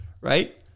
right